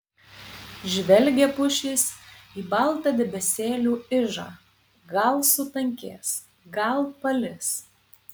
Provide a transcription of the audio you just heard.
žvelgia pušys į baltą debesėlių ižą gal sutankės gal palis